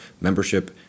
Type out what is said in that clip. membership